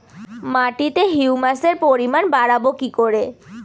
মাটিতে হিউমাসের পরিমাণ বারবো কি করে?